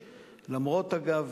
אגב,